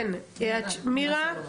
מירה,